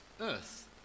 earth